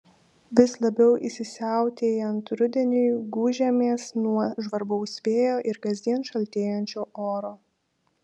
vis labiau įsisiautėjant rudeniui gūžiamės nuo žvarbaus vėjo ir kasdien šaltėjančio oro